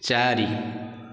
ଚାରି